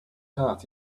heart